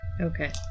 Okay